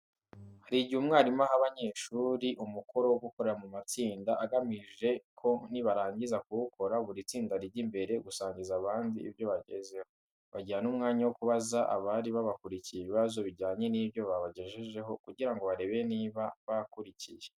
Hari igihe umwarimu aha abanyeshuri umukoro wo gukorera mu matsinda agamije ko nibarangiza kuwukora buri tsinda rijya imbere gusangiza abandi ibyo bagezeho. Bagira n'umwanya wo kubaza abari babakurikiye ibibazo bijyanye n'ibyo babagejejeho kugira ngo barebe niba bakurikiye.